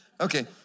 Okay